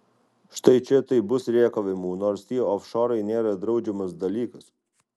štai čia tai bus rėkavimų nors tie ofšorai nėra draudžiamas dalykas